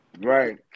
right